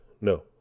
No